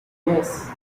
yes